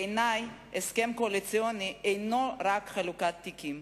בעיני הסכם קואליציוני אינו רק חלוקת תיקים,